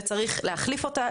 וצריך להחליף אותה,